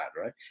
right